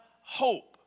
hope